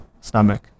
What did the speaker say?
stomach